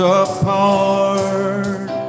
apart